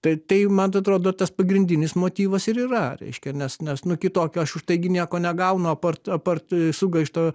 tai tai man atrodo tas pagrindinis motyvas ir yra reiškia nes nes nu kitokio aš už tai gi nieko negaunu apart apart sugaišto